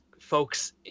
folks